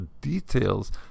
details